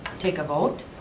take a vote.